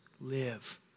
live